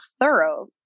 thorough